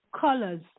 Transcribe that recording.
colors